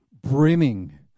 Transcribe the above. brimming